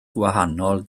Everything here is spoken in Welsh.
gwahanol